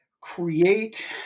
create